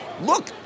look